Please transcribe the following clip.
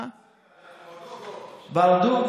עמית סגל, ברדוגו.